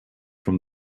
from